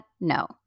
No